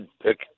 pick